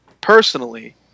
personally